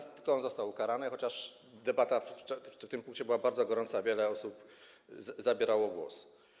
I tylko on został ukarany, chociaż debata w tym punkcie była bardzo gorąca i wiele osób zabierało głos.